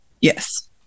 yes